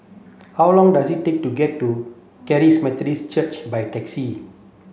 how long does it take to get to Charis Methodist Church by taxi